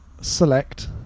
Select